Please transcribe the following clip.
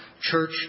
Church